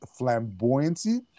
flamboyancy